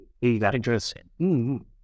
interesting